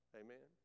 amen